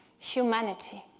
humanity.